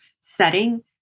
setting